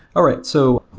all right. so,